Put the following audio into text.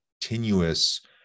continuous